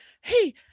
Hey